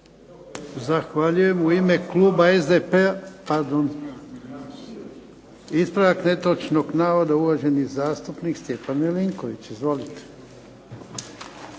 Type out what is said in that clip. Zahvaljujem. U ime kluba SDP-a. Pardon, ispravak netočnog navoda, uvaženi zastupnik Stjepan Milinković. Izvolite.